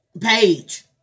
page